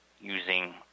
using